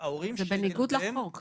זה בניגוד לחוק.